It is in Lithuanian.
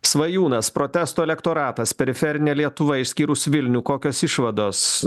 svajūnas protesto elektoratas periferinė lietuva išskyrus vilnių kokios išvados